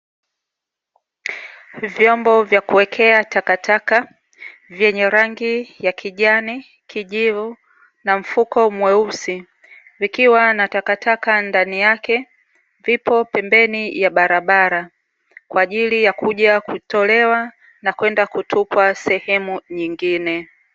Vyombo vya kuwekea takataka vyenye rangi ya kijani ,kijivu na mfuko mweusi . Vikiwa na takataka ndani yake, vipo pembeni kwa barabara kwa ajili ya kuja kutolewa na kwenda kutupwa sehemu nyingine.